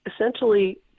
essentially